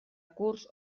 curs